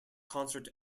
concert